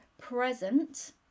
present